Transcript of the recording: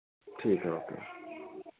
ठीक है ओके